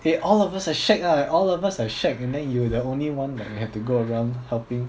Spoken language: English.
eh all of us are shag ah all of us are shag and then you the only one that you have to go around helping